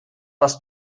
was